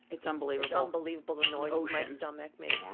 it's unbelievable unbelievable the noise my stomach makes.